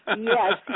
yes